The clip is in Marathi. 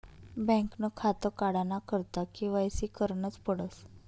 बँकनं खातं काढाना करता के.वाय.सी करनच पडस